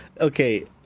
Okay